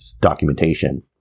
documentation